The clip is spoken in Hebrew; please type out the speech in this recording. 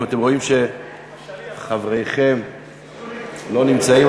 אם אתם רואים שחבריכם לא נמצאים,